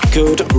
good